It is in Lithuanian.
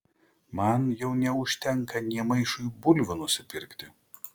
man jau neužtenka nė maišui bulvių nusipirkti